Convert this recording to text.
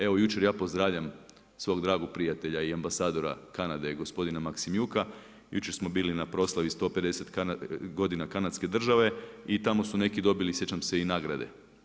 Evo jučer ja pozdravljam svog dragog prijatelja i ambasadora Kanade gospodina Maksymiuka, jučer smo bili na proslavi 150 godina Kanadske države i tamo su neki dobili sjećam se i nagrade.